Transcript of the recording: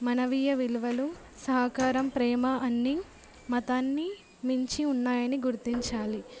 మానవీయ విలువలు సహకారం ప్రేమ అన్నీ మతాన్ని మించి ఉన్నాయి అని గుర్తించాలి